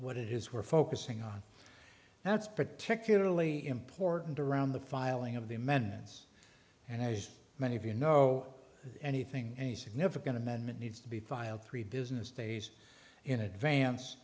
what it is we're focusing on that's particularly important around the filing of the amendments and as many of you know anything any significant amendment needs to be filed three business days in advance